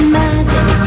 magic